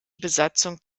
besatzung